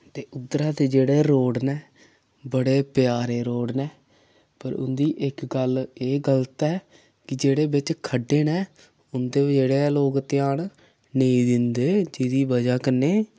ते उद्धर दे जेह्ड़े रोड ने बड़े प्यारे रोड़ ने पर उं'दी इक गल्ल एह् गलत ऐ कि जेह्ड़े बिच खड्डे नै उं'दे प जेह्ड़े ऐ लोक ध्यान नेईं दिंदे जेह्दी वजह् कन्नै